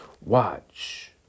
Watch